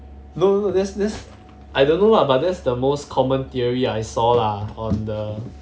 no no that's that's I don't know lah but that's the most common theory I saw lah on the